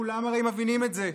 כולם הרי מבינים את זה.